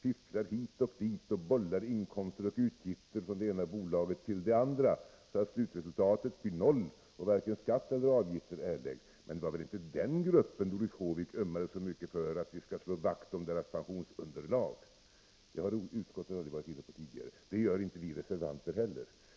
fifflar hit och dit och bollar inkomster och utgifter från det ena bolaget till det andra så att slutresultatet blir noll och varken skatt eller avgifter erläggs. Men det var väl inte den gruppen Doris Håvik ömmade så mycket för — att vi skall slå vakt om dessa människors pensionsunderlag. Det har utskottet aldrig varit inne på tidigare, och det är inte vi reservanter heller inne på.